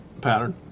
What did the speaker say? pattern